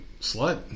slut